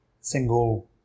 single